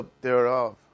thereof